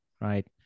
right